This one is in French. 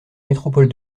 métropole